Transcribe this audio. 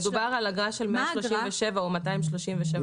מדובר על אגרה בסך 137 או 237 שקלים.